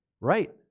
Right